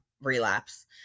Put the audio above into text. relapse